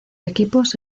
equipos